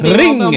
ring